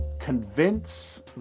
convince